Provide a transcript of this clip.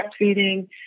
breastfeeding